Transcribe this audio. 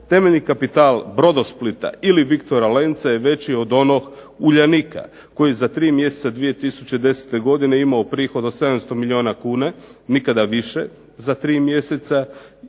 temeljni kapital "Brodosplita" ili "Viktora Lenca" je veći od onog "Uljanika" koji za 3 mjeseca 2010. godine je imao prihod od 700 milijuna kuna, nikada više za 3 mjeseca,